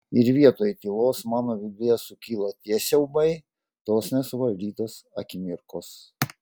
ir vietoj tylos mano viduje sukyla tie siaubai tos nesuvaldytos akimirkos